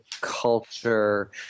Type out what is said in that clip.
culture